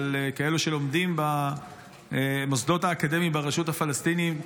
על כאלו שלומדים במוסדות האקדמיים ברשות הפלסטינית,